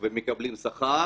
ומקבלים שכר